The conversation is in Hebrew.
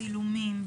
צילומים,